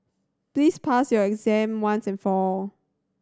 please pass your exam once and for all